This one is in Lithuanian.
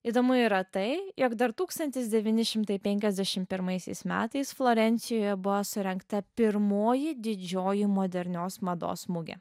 įdomu yra tai jog dar tūkstantis devyni šimtai penkiasdešim pirmaisiais metais florencijoje buvo surengta pirmoji didžioji modernios mados mugė